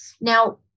now